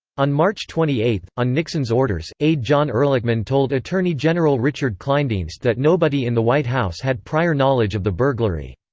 on march twenty eight, on nixon's orders, aide john ehrlichman told attorney general richard kleindienst that nobody in the white house had prior knowledge of the burglary.